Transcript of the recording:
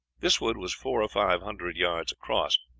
this wood was four or five hundred yards across,